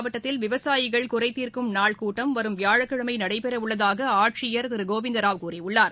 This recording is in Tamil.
மாவட்டத்தில் விவசாயிகள் குறைதீர்க்கும் நாள் கூட்டம் வரும் வியாழக்கிழமை தஞ்சை நடைபெறவுள்ளதாக ஆட்சியர் திரு கோவிந்தராவ் கூறியுள்ளார்